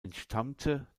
entstammte